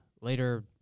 later